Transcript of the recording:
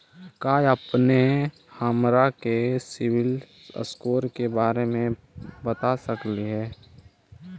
का अपने हमरा के सिबिल स्कोर के बारे मे बता सकली हे?